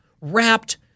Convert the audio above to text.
wrapped